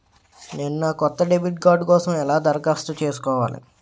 నేను నా కొత్త డెబిట్ కార్డ్ కోసం ఎలా దరఖాస్తు చేసుకోవాలి?